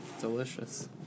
delicious